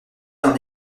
dans